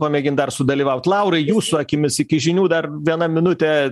pamėgint dar sudalyvaut laurai jūsų akimis iki žinių dar viena minutė